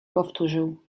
powtórzył